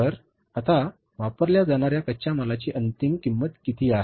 तर आता वापरल्या जाणार्या कच्च्या मालाची अंतिम किंमत किती आहे